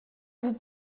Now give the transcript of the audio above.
vous